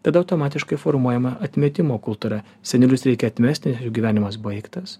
tada automatiškai formuojama atmetimo kultūra senelius reikia atmesti ir gyvenimas baigtas